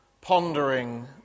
pondering